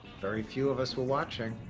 very few of us were watching,